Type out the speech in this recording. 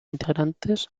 integrantes